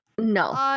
No